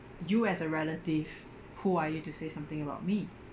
you as a relative who are you to say something about me